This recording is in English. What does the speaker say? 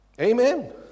Amen